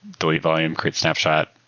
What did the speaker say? delete volume, create snapshot,